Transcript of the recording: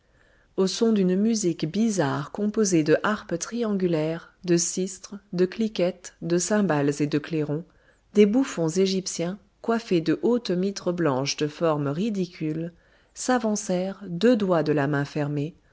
au son d'une musique bizarre composée de harpes triangulaires de sistres de cliquettes de cymbales et de clairons des bouffons égyptiens coiffés de hautes mitres blanches de forme ridicule s'avancèrent deux doigts de la main